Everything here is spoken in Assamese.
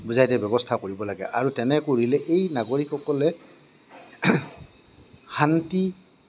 বুজাই দিয়া ব্যৱস্থা কৰিব লাগে আৰু তেনে কৰিলে এই নাগৰিকসকলে শান্তি